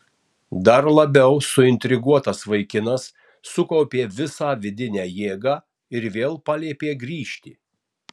dar labiau suintriguotas vaikinas sukaupė visą vidinę jėgą ir vėl paliepė grįžti